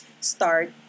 start